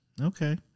Okay